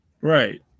Right